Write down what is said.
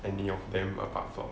any of them apart from